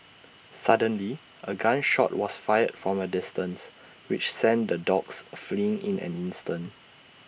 suddenly A gun shot was fired from A distance which sent the dogs fleeing in an instant